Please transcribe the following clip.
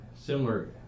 similar